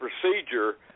procedure